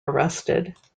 arrested